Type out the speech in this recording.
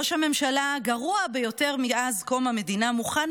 ראש הממשלה הגרוע ביותר מאז קום המדינה מוכן